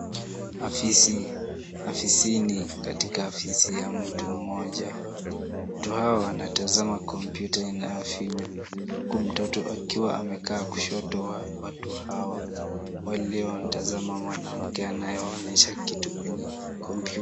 Afisini, katika afisi ya mtu mmoja, watu hawa wanatazama kompyuta inayofinywa, huku mtoto akiwa amekaa kushoto wa watu hawa, waliowatazama mwanamke anayewaonyesha kitu kwa kompyuta.